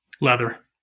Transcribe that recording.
leather